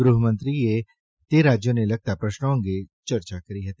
ગૃહમંત્રીએ તે રાજયોને લગતા પ્રશ્નો અંગે ચર્ચા કરી હતી